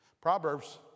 Proverbs